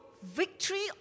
Victory